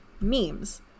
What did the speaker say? Memes